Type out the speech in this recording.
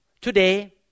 Today